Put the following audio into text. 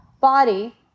body